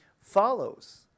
follows